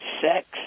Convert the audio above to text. Sex